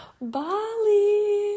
Bali